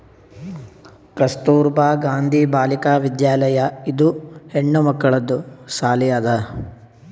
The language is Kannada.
ಕಸ್ತೂರ್ಬಾ ಗಾಂಧಿ ಬಾಲಿಕಾ ವಿದ್ಯಾಲಯ ಇದು ಹೆಣ್ಮಕ್ಕಳದು ಸಾಲಿ ಅದಾ